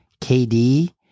KD